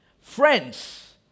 friends